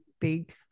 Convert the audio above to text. big